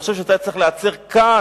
אני חושב שזה היה צריך להיעצר כאן,